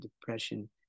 Depression